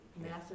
Massive